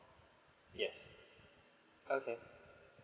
yes okay